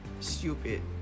stupid